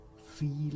Feel